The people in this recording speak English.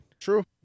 True